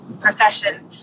profession